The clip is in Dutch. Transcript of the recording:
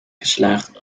geslaagd